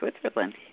switzerland